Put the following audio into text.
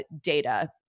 data